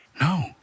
No